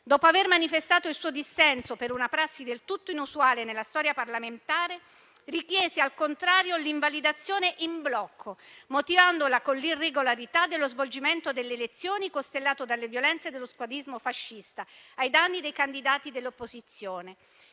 Dopo aver manifestato il suo dissenso per una prassi del tutto inusuale nella storia parlamentare, richiese al contrario l'invalidazione in blocco, motivandola con l'irregolarità dello svolgimento delle elezioni, costellato dalle violenze dello squadrismo fascista, ai danni dei candidati dell'opposizione.